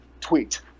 tweet